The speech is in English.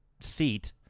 seat